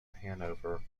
hanover